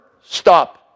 Stop